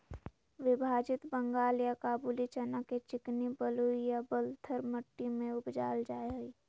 विभाजित बंगाल या काबूली चना के चिकनी बलुई या बलथर मट्टी में उपजाल जाय हइ